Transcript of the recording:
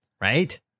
right